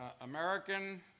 American